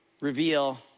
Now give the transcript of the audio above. Reveal